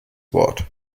wort